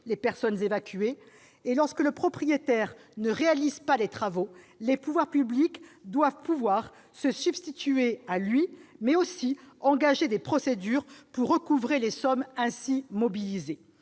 les personnes évacuées ; lorsque le propriétaire ne réalise pas les travaux, les pouvoirs publics doivent pouvoir se substituer à lui et engager des procédures pour recouvrer les sommes ainsi mobilisées.